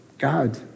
God